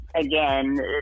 again